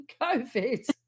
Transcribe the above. COVID